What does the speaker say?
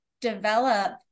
develop